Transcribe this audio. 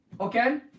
Okay